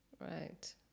Right